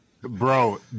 Bro